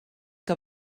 que